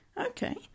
Okay